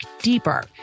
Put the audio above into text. deeper